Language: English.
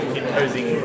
imposing